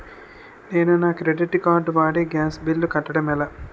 నేను నా credit card వాడి గ్యాస్ బిల్లు కట్టడం ఎలా?